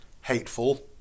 hateful